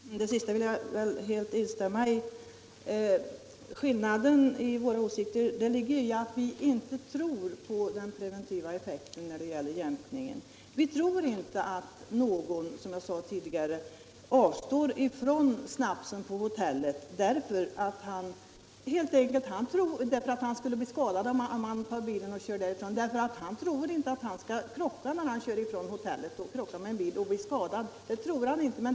Herr talman! Det sista vill jag helt instämma i. Skillnaden ligger i att vi inte tror på den preventiva effekten av jämkningen. Vi tror inte att någon avstår ifrån snapsen på hotellet därför att han skulle kunna råka ut för jämkat skadestånd när han tar bilen och kör därifrån. Han tror nämligen inte att han skall krocka och bli skadad.